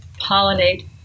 pollinate